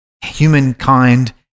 humankind